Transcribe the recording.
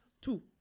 Two